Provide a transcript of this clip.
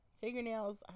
Fingernails